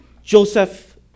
Joseph